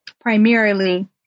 primarily